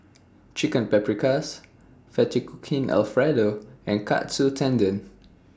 Chicken Paprikas Fettuccine Alfredo and Katsu Tendon